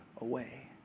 away